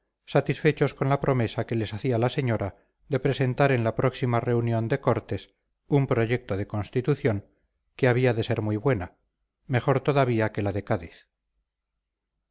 satisfechos con la promesa que les hacía la señora de presentar en la próxima reunión de cortes un proyecto de constitución que había de ser muy buena mejor todavía que la